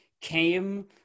came